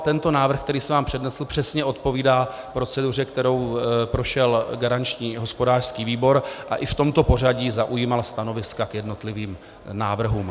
Tento návrh, který jsem vám přednesl, přesně odpovídá proceduře, kterou prošel garanční hospodářský výbor, a i v tomto pořadí zaujímal stanoviska k jednotlivým návrhům.